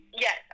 Yes